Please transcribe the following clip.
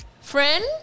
friend